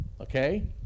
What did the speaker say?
okay